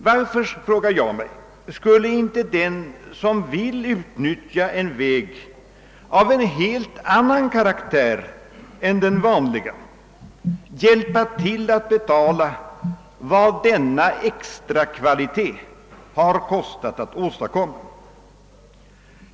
Varför, frågar jag, skulle inte den som vill utnyttja en väg av en helt annan karaktär än den vanliga hjälpa till med att betala vad denna extrakvalitet har kostat att åstadkomma?